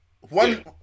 One